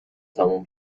تمام